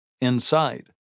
inside